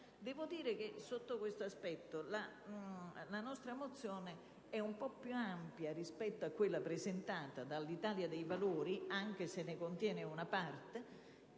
nostro Paese. Sotto questo aspetto, la nostra mozione è un po' più ampia rispetto a quella presentata dal Gruppo dell'Italia dei Valori, anche se ne contiene una parte,